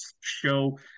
show